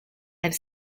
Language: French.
elle